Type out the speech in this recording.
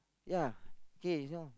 ya K this one